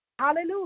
Hallelujah